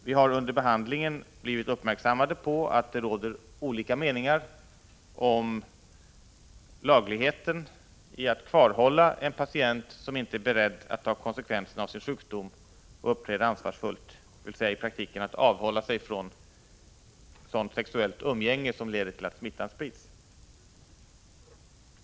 Vi har under behandlingen blivit uppmärksammade på att det råder olika meningar om lagligheten i att kvarhålla en patient som inte är beredd att ta konsekvenserna av sin sjukdom och uppträda ansvarsfullt, dvs. i praktiken att avhålla sig från sådant sexuellt umgänge som leder till att smittan sprids.